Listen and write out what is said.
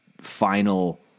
final